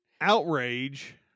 Outrage